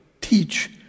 teach